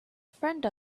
friend